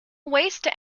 waste